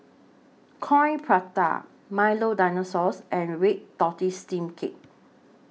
Coin Prata Milo Dinosaur and Red Tortoise Steamed Cake